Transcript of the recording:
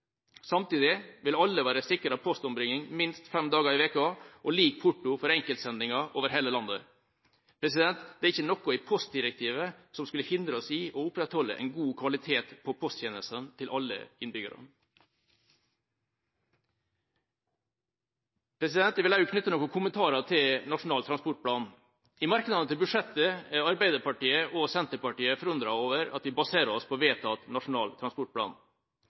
Samtidig vil alle være sikret postombringing minst fem dager i uka og lik porto for enkeltsendinger over hele landet. Det er ingenting i postdirektivet som skulle hindre oss i å opprettholde en god kvalitet på posttjenestene til alle innbyggerne. Jeg vil også knytte noen kommentarer til Nasjonal transportplan. I merknadene til budsjettet er Arbeiderpartiet og Senterpartiet forundret over at vi baserer oss på vedtatt Nasjonal transportplan.